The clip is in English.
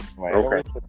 Okay